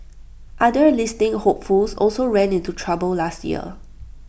other listing hopefuls also ran into trouble last year